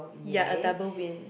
ya a double win